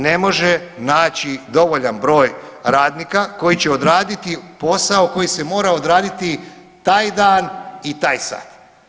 Ne može naći dovoljan broj radnika koji će odraditi posao koji se mora odraditi taj dan i taj sat.